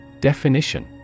Definition